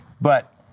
but-